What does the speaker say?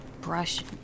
Brush